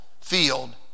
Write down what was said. field